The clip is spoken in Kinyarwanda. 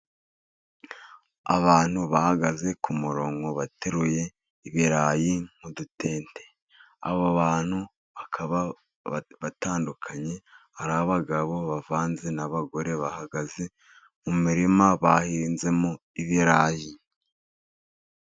Abantu bahagaze ku murongo bateruye ibirayi nk'udutente, aba bantu bakaba batandukanye hari abagabo bavanze n'abagore bahagaze mu mirima bahinzemo ibirayi.